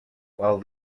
while